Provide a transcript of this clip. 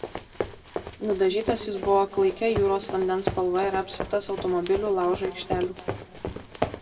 nudažytas jis buvo klaikia jūros vandens spalva ir apsuptas automobilių laužo aikštelių